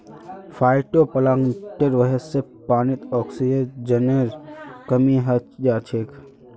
फाइटोप्लांकटनेर वजह से पानीत ऑक्सीजनेर कमी हैं जाछेक